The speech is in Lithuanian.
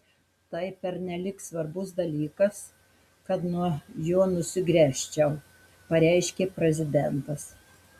tai pernelyg svarbus dalykas kad nuo jo nusigręžčiau pareiškė prezidentas